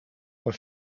were